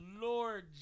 Lord